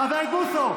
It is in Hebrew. חבר הכנסת בוסו,